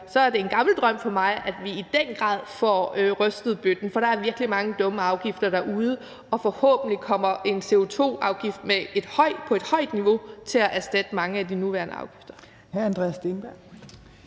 er det en gammel drøm for mig, at vi i den grad får rystet bøtten, for der er virkelig mange dumme afgifter derude, og forhåbentlig kommer en CO2-afgift på et højt niveau til at erstatte mange af de nuværende afgifter.